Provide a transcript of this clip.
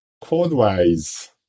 Code-wise